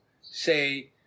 Say